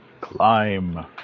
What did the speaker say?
Climb